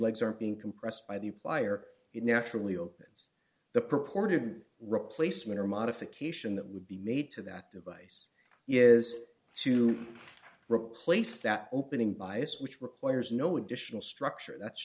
legs are being compressed by the wire it naturally opens the purported replacement or modification that would be made to that device is to replace that opening bias which requires no additional structure that's